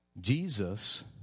Jesus